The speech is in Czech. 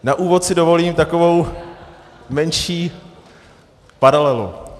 Na úvod si dovolím takovou menší paralelu.